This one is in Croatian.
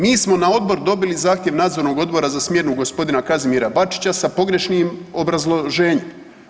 Mi smo na odbor dobili zahtjev nadzornog odbora za smjenu gospodina Kazimira Bačića sa pogrešnim obrazloženjem.